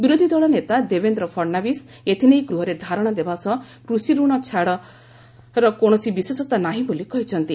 ବିରୋଧୀ ଦଳ ନେତା ଦେବେନ୍ଦ୍ର ଫଡ଼ଶବୀସ ଏଥିନେଇ ଗୃହରେ ଧାରଣା ଦେବା ସହ କୁଷିରଣ ଛାନର କକିଣସି ବିଶେଷତା ନାହିଁ ବୋଲି କହିଛନ୍ତି